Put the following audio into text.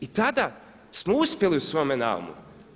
I tada smo uspjeli u svome naumu.